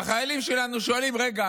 והחיילים שלנו שואלים: רגע,